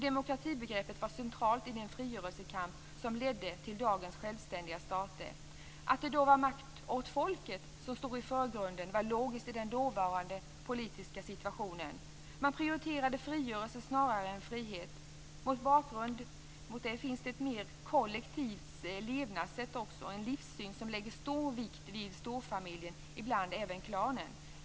Demokratibegreppet var centralt i den frigörelsekamp som ledde till dagens självständiga stater. Att det var makt åt folket som stod i förgrunden var logiskt i den dåvarande politiska situationen. Man prioriterade frigörelse snarare än frihet. Mot bakgrund av detta finns det ett mer kollektivt levnadssätt och en livssyn som lägger stor vikt vid storfamiljen och ibland även klanen.